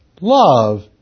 love